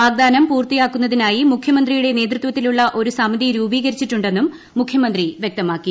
വാഗ്ദാനം പൂർത്തിയാക്കുന്നതിനായി മുഖ്യമന്ത്രിയുടെ നേതൃത്വത്തിലുള്ള ഒരു സമിതി രൂപീകരിച്ചിട്ടുണ്ടെന്നും മുഖ്യമന്ത്രി വ്യക്തമാക്കി